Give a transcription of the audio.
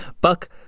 Buck